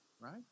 right